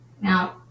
Now